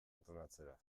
entrenatzera